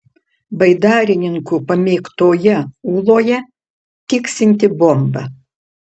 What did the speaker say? baidarininkų pamėgtoje ūloje tiksinti bomba